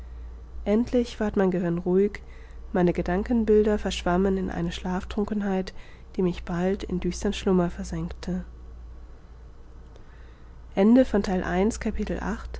endlich ward mein gehirn ruhig meine gedankenbilder verschwammen in eine schlaftrunkenheit die mich bald in düstern schlummer versenkte